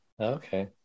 Okay